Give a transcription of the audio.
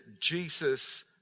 Jesus